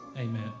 amen